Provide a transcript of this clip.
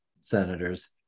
senators